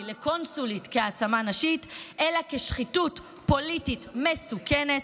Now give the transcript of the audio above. לקונסולית כהעצמה נשית אלא כשחיתות פוליטית מסוכנת.